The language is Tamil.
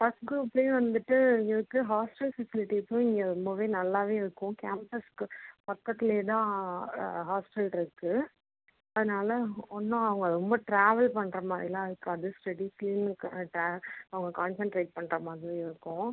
ஃபர்ஸ்ட் குரூப்லேயே வந்துட்டு இங்கே இருக்கிற ஹாஸ்ட்டல் ஃபெசிலிட்டிஸ்ஸும் இங்கே ரொம்பவே நல்லாவே இருக்கும் கேம்ப்பஸ்க்கு பக்கத்திலேயே தான் ஹாஸ்ட்டல்ருக்கு அதனால் ஒன்றும் அவங்க ரொம்ப ட்ராவெல் பண்ணுற மாதிரிலாம் இருக்காது ஸ்டடீஸ்லையும் கரெக்ட்டாக அவங்க கான்செண்ட்ரேட் பண்ணுற மாதிரி இருக்கும்